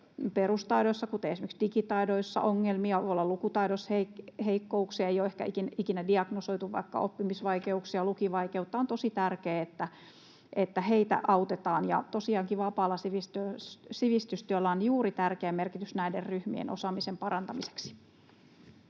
perustaidoissa, kuten esimerkiksi digitaidoissa, voi olla lukutaidossa heikkouksia, ei ole ehkä ikinä diagnosoitu vaikka oppimisvaikeuksia, lukivaikeutta. On tosi tärkeää, että heitä autetaan, ja tosiaankin vapaalla sivistystyöllä on juuri tärkeä merkitys näiden ryhmien osaamisen parantamiseksi.